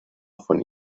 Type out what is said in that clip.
von